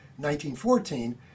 1914